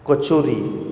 kachori